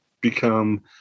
become